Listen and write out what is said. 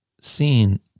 seen